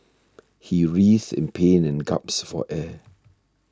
he writhed in pain and gasped for air